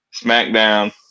SmackDown